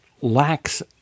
lacks